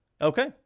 Okay